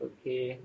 Okay